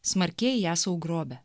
smarkieji ją sau grobia